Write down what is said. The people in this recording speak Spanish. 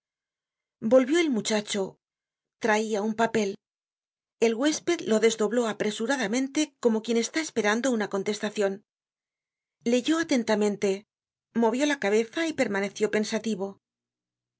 volvió el muchacho traia un papel el huésped lo desdobló apresuradamente como quien está esperando una contestacion leyó atentamente movió la cabeza y permaneció pensativo